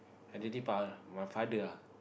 elderly my father ah